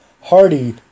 Hardy